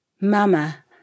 Mama